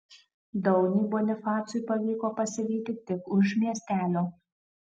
daunį bonifacui pavyko pasivyti tik už miestelio